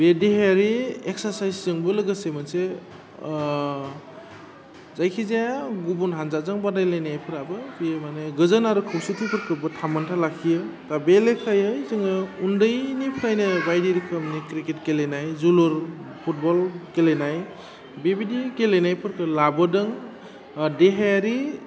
बे देहायारि एक्सासाइसजोंबो लोगोसे मोनसे जायखिजाया गुबुन हानजाजों बादायलायनायफ्राबो बियो माने गोजोन आरो खौसेथिफोरखौबो थामोन्था लाखियो दा बे लेखायै जोङो उन्दैनिफ्रायनो बायदि रोखोमनि क्रिकेट गेलेनाय जोलुर फुटबल गेलेनाय बेबादि गेलेनायफोरखौ लाबोदों देहायारि